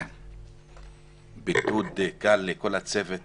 בייחוד לכל הצוות